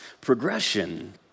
progression